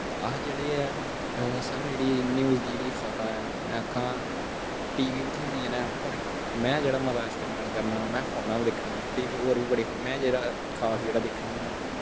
अस जेह्ड़े ऐ सानूं जेह्ड़ी न्यूज़ दी जेह्ड़ी खबरां में आक्खां टी वी पर थ्होंदियां न में जेह्ड़ा मता इस्तेमाल करना में फोना पर दिक्खना टी वी पर बी बड़ी खास में जेह्ड़ा खास न जेह्ड़ा दिक्खना होन्ना